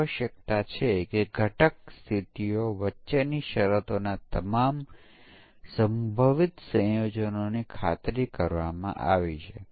જ્યાં ફંક્શન 3 બાજુઓને isosceles scalene અથવા સમકાલીન તરીકે જાહેર કરે છે